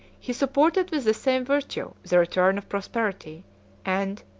he supported with the same virtue the return of prosperity and,